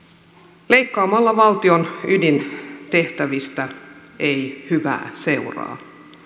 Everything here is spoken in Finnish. lähes koko valtakunnansyyttäjänviraston budjettia valtion ydintehtävistä leikkaamisesta ei hyvää seuraa